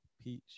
peach